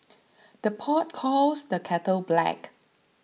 the pot calls the kettle black